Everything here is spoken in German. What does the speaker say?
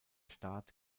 staat